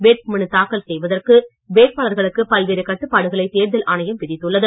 வேட்பு மனு தாக்கல் செய்வதற்கு வேட்பாளர்களுக்கு பல்வேறு கட்டுபாடுகளை தேர்தல் ஆணையம் விதித்துள்ளது